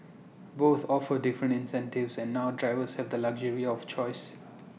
both offer different incentives and now drivers have the luxury of choice